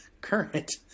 current